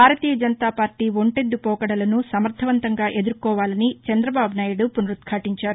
భారతీయ జనతాపార్లీ ఒంటెద్దు పోకడలను సమర్ణవంతంగా ఎదుర్కోవాలని చంద్రబాబు నాయుడు పునరుద్ఘాటించారు